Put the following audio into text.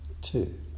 two